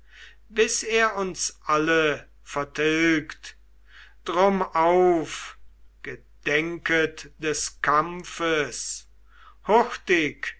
bis er uns alle vertilgt drum auf gedenket des kampfes hurtig